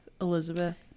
Elizabeth